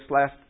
last